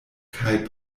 kaj